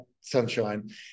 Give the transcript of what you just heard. sunshine